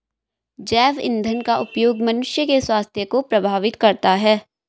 जैव ईंधन का उपयोग मनुष्य के स्वास्थ्य को प्रभावित करता है